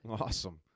Awesome